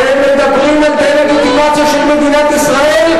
אתם מדברים על דה-לגיטימציה של מדינת ישראל?